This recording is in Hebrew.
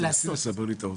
תנסי לסבר לי את האוזן.